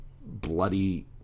bloody